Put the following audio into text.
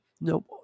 No